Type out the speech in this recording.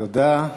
תודה,